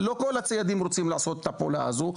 אבל לא כל הציידים רוצים לעשות את הפעולה הזו,